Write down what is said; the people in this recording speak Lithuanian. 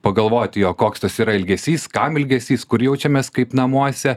pagalvoti jo koks tas yra ilgesys kam ilgesys kur jaučiamės kaip namuose